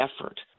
effort